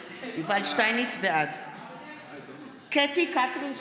שטייניץ, בעד קטי קטרין שטרית,